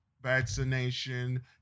vaccination